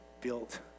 built